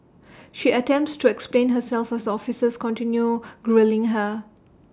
she attempts to explain herself as the officers continue grilling her